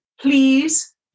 Please